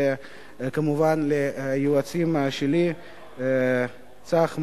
וכמובן ליועצים שלי צח,